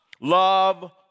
love